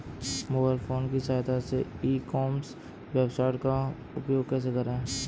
Mobile phone की सहायता से ई कॉमर्स वेबसाइट का उपयोग कैसे करें?